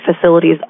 facilities